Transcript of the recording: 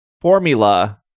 formula